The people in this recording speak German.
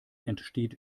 entsteht